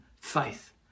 faith